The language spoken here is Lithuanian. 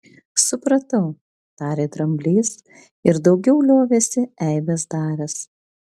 supratau tarė dramblys ir daugiau liovėsi eibes daręs